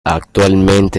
actualmente